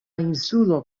insulo